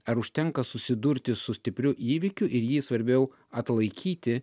ar užtenka susidurti su stipriu įvykiu ir jį svarbiau atlaikyti